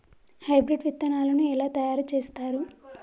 Hybrid విత్తనాలను ఎలా తయారు చేస్తారు?